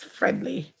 friendly